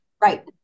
right